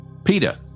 peter